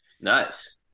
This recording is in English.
Nice